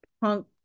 punk